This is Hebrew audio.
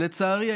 לצערי,